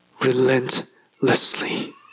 relentlessly